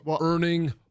earning